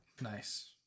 nice